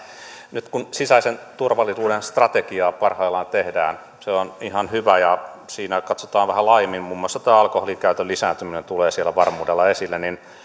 nyt kun sisäisen turvallisuuden strategiaa parhaillaan tehdään se on ihan hyvä ja siinä katsotaan vähän laajemmin muun muassa tuo alkoholinkäytön lisääntyminen tulee siellä varmuudella esille